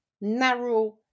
narrow